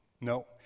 No